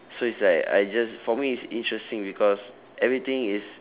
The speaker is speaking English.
so it's like I just for me it's interesting because everything is